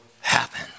happen